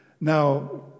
Now